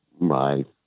Right